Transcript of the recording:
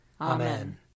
Amen